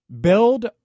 Build